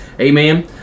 Amen